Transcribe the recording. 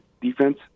defense